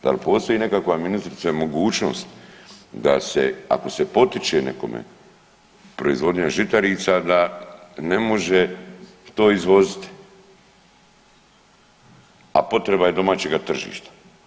Da li postoji nekakva ministrice mogućnost da se ako se potiče nekome proizvodnja žitarica da ne može to izvoziti, a potreba je domaćega tržišta?